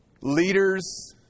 Leaders